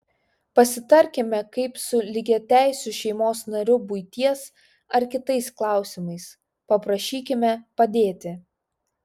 pasitarkime kaip su lygiateisiu šeimos nariu buities ar kitais klausimais paprašykime padėti